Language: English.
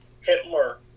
Hitler